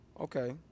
okay